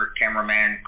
cameraman